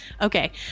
Okay